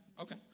Okay